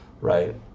right